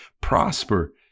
prosper